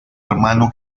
hermano